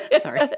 Sorry